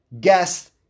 guest